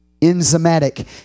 Enzymatic